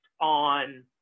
on